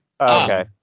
Okay